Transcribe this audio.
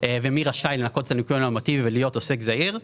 ומי רשאי לנכות את הניכוי הנורמטיבי ולהיות עוסק זעיר.